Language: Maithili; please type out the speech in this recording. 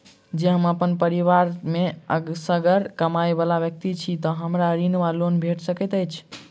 जँ हम अप्पन परिवार मे असगर कमाई वला व्यक्ति छी तऽ हमरा ऋण वा लोन भेट सकैत अछि?